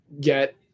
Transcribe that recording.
get